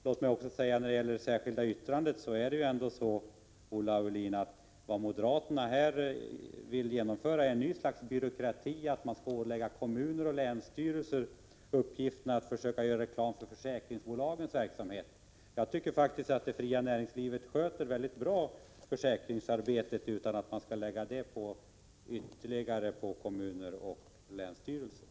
Låt mig också säga om det särskilda yttrandet att moderaterna tycks vilja genomföra en ny sorts byråkrati genom att ålägga kommuner och länsstyrelser uppgiften att göra reklam för försäkringsbolagens verksamhet. Jag tycker faktiskt att det fria näringslivet sköter försäkringsarbetet mycket bra och att man inte skall lägga detta merarbete på kommuner och länsstyrelser.